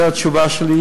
זאת התשובה שלי.